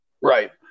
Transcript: Right